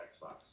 xbox